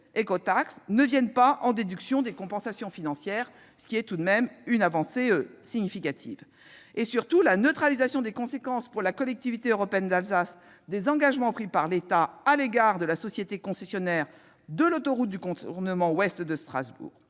ne vienne pas en déduction des compensations financières. C'est tout de même une avancée significative. Je pense surtout à la neutralisation des conséquences, pour la Collectivité européenne d'Alsace, des engagements pris par l'État à l'égard de la société concessionnaire de l'autoroute de contournement ouest de Strasbourg.